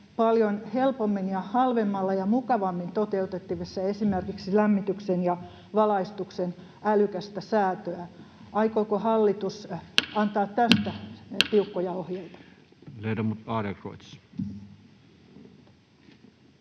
paljon helpommin ja halvemmalla ja mukavammin toteutettavissa esimerkiksi lämmityksen ja valaistuksen älykästä säätöä. Aikooko hallitus antaa tästä tiukkoja ohjeita?